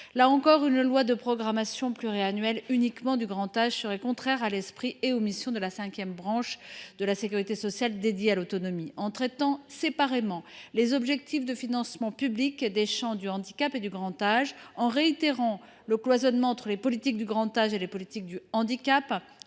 faire porter la loi de programmation pluriannuelle uniquement sur le grand âge serait contraire à l’esprit et aux missions de la cinquième branche de la sécurité sociale dédiée à l’autonomie. Traiter séparément les objectifs de financement public des champs du handicap et du grand âge revient à réitérer le cloisonnement entre les politiques consacrées à ces deux domaines.